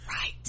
right